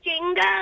Jingle